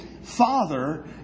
Father